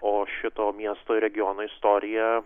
o šito miesto ir regiono istorija